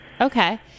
Okay